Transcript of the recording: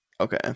Okay